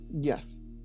Yes